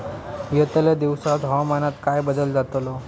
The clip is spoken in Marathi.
यतल्या दिवसात हवामानात काय बदल जातलो?